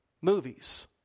movies